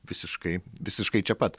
visiškai visiškai čia pat